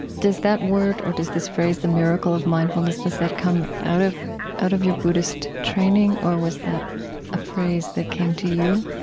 does that word or does this phrase the miracle of mindfulness, does that come out of out of your buddhist training or was that a phrase that came to you?